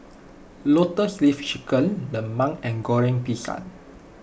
Lotus Leaf Chicken Lemang and Goreng Pisang